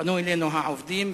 פנו אלינו עובדים,